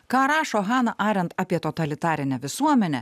ką rašo hana arent apie totalitarinę visuomenę